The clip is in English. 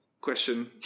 question